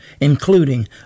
including